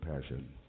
passion